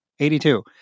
82